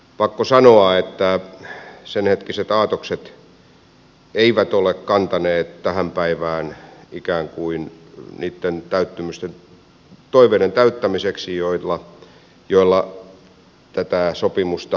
pakko sanoa että senhetkiset aatokset eivät ole kantaneet tähän päivään ikään kuin niiden toiveiden täyttämiseksi joilla tätä sopimusta allekirjoitettiin